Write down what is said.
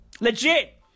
Legit